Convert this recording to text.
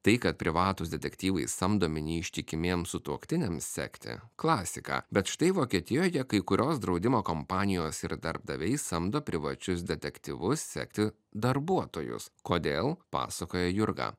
tai kad privatūs detektyvai samdomi neištikimiems sutuoktiniams sekti klasika bet štai vokietijoje kai kurios draudimo kompanijos ir darbdaviai samdo privačius detektyvus sekti darbuotojus kodėl pasakoja jurga